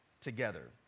together